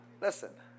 Listen